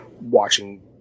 watching